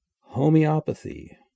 Homeopathy